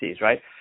right